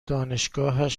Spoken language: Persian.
دانشگاهش